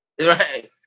Right